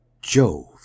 Jove